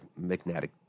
magnetic